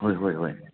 ꯍꯣꯏ ꯍꯣꯏ ꯍꯣꯏ